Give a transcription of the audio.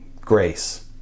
grace